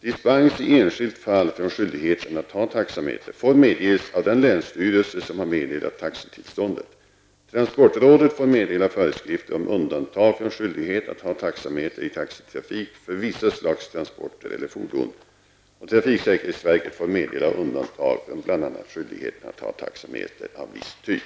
Dispens i enskilt fall från skyldigheten att ha taxameter får medges av den länsstyrelse som har meddelat taxitillståndet. Transportrådet får meddela föreskrifter om undantag från skyldighet att ha taxameter i taxitrafik för vissa slags transporter eller fordon. Trafiksäkerhetsverket får meddela undantag från bl.a. skyldigheten att ha taxameter av viss typ.